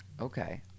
Okay